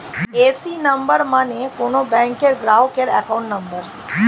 AC number মানে কোন ব্যাংকের গ্রাহকের অ্যাকাউন্ট নম্বর